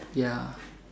ya